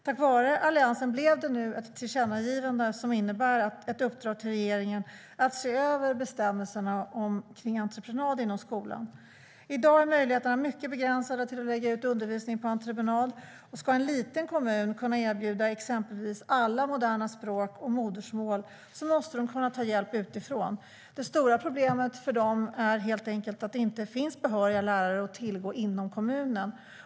Tack vare Alliansen blev det nu ett tillkännagivande som innebär ett uppdrag till regeringen att se över bestämmelserna om entreprenad inom skolan. I dag är möjligheterna mycket begränsade till att lägga ut undervisning på entreprenad. Ska en liten kommun kunna erbjuda exempelvis alla moderna språk och modersmål måste de kunna ta hjälp utifrån. Det stora problemet för dem är att det helt enkelt inte finns behöriga lärare att tillgå inom kommunen.